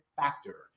factor